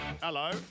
Hello